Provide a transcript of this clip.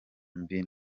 mbi